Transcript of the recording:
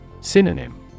Synonym